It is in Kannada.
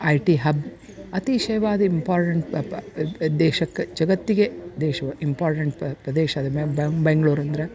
ಐ ಟಿ ಹಬ್ ಅತಿಶಯವಾದ ಇಂಪಾರ್ಡೆಂಟ್ ದೇಶಕ್ಕ ಜಗತ್ತಿಗೆ ದೇಶವು ಇಂಪಾರ್ಡೆಂಟ್ ಪ್ರದೇಶ ಬೆಂಗ್ಳೂರಂದ್ರೆ